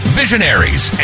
visionaries